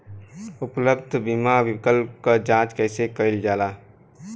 उपलब्ध बीमा विकल्प क जांच कैसे कइल जाला?